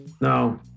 No